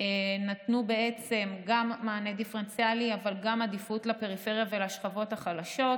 נתנו בעצם גם מענה דיפרנציאלי אבל גם עדיפות לפריפריה ולשכבות החלשות,